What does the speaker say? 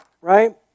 right